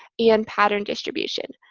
and pattern distribution.